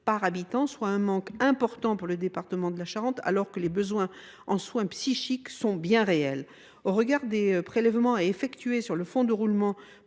soit un manque important pour le département en question, alors que les besoins en soins psychiques sont bien réels. Compte tenu des prélèvements à effectuer sur le fonds de roulement